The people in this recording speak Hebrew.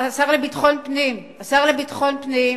השר לביטחון פנים, השר לביטחון פנים.